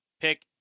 pick